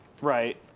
Right